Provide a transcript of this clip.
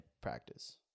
practice